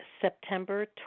September